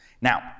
Now